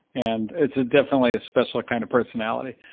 and it's ah definitely a special kind of personality,